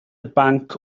banc